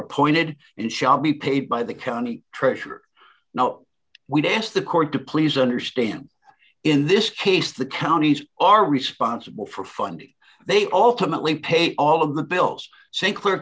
appointed him shall be paid by the county treasurer now we've asked the court to please understand in this case the counties are responsible for funding they alternately pay all of the bills st clair